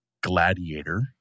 gladiator